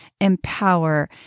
empower